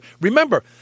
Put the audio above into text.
Remember